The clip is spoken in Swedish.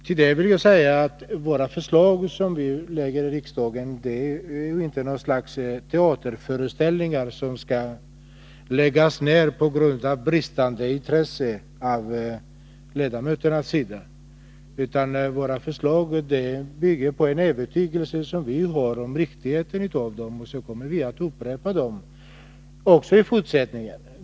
Till det vill jag säga att när vi lägger fram förslag till riksdagen så är det inte fråga om något slags teaterföreställning som skall läggas ner på grund av bristande intresse från ledamöternas sida, utan våra förslag bygger på en övertygelse som vi har om riktigheten av dem. Därför kommer vi att upprepa dem också i fortsättningen.